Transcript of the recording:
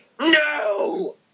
No